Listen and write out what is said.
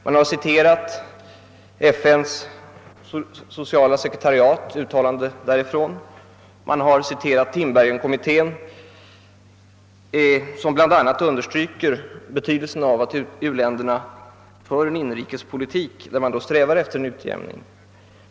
Man har citerat uttalanden från FN:s sociala sekretariat, och man har citerat FN:s kommitté för utvecklingsplanering, den s.k. Tinbergenkommittén, där bl a. understryks betydelsen av att u-länderna för en inrikespolitik, där man strävar efter en utjämning.